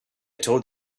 told